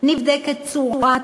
נבדקת הצורה,